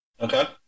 Okay